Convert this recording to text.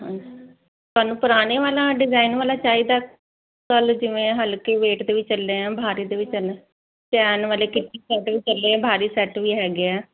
ਥਾਨੂੰ ਪੁਰਾਣੇ ਵਾਲਾ ਡਿਜ਼ਾਇਨ ਵਾਲਾ ਚਾਹੀਦਾ ਕੱਲ ਜਿਵੇਂ ਹਲਕੀ ਵੇਟ ਦੇ ਵੀ ਚੱਲੇ ਆ ਭਾਰਾ ਦੇ ਵਿੱਚ ਚੈਨ ਵਾਲੇ ਕਿੱਟੀ ਸੈਟ ਵੀ ਚੱਲੇ ਆ ਭਾਰੀ ਸੈੱਟ ਵੀ ਹੈਗੇ ਆ